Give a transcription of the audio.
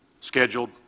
scheduled